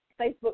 Facebook